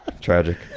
Tragic